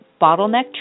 Bottleneck